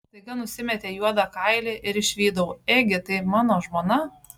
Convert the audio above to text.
staiga nusimetė juodą kailį ir išvydau ėgi tai mano žmona